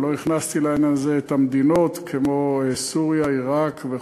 ולא הכנסתי לעניין הזה מדינות כמו סוריה ועיראק.